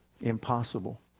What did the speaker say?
Impossible